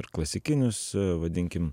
ir klasikinius vadinkim